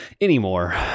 anymore